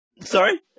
Sorry